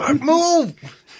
Move